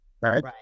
Right